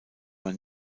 man